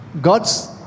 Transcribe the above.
God's